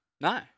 No